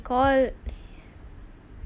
all